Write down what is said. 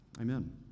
Amen